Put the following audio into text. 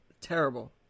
terrible